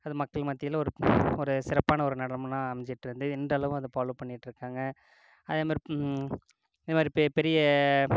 அது மக்கள் மத்தியில் ஒரு ஒரு சிறப்பான ஒரு நடனம்ன்னா அமைஞ்சிட்டுருந்து இன்றளவும் அது ஃபாலோவ் பண்ணிகிட்ருக்காங்க அதுமாதிரி இதுமாதிரி பெரிய